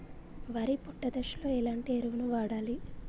వరి పొట్ట దశలో ఎలాంటి ఎరువును వాడాలి?